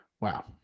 Wow